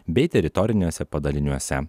bei teritoriniuose padaliniuose